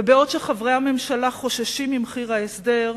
ובעוד חברי הממשלה חוששים ממחיר ההסדר,